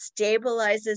stabilizes